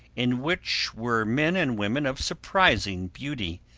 in which were men and women of surprising beauty,